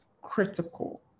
critical